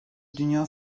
dünya